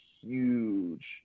huge